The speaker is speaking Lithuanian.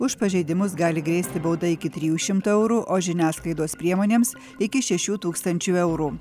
už pažeidimus gali grėsti bauda iki trijų šimtų eurų o žiniasklaidos priemonėms iki šešių tūkstančių eurų